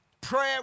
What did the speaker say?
Prayer